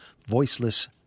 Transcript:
Voiceless